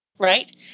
Right